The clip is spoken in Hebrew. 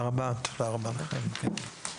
הישיבה ננעלה בשעה 10:36.